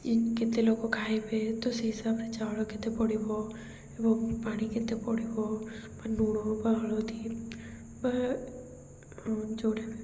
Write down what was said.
କେତେ ଲୋକ ଖାଇବେ ତ ସେଇ ହିସାବରେ ଚାଉଳ କେତେ ପଡ଼ିବ ଏବଂ ପାଣି କେତେ ପଡ଼ିବ ବା ଲୁଣ ବା ହଳଦୀ ବା ଯେଉଁଟା